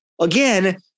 Again